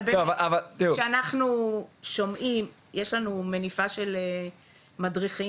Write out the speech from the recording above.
אבל שאנחנו שומעים יש לנו מניפה של מדריכים